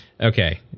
Okay